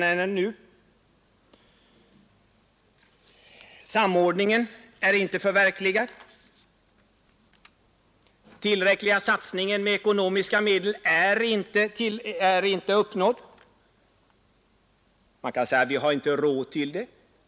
Samordningen mellan departementen är inte förverkligad. Tillräcklig satsning av ekonomiska medel är inte uppnådd. Man kanske vill säga att vi inte har råd.